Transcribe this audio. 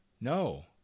No